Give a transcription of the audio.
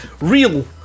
Real